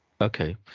okay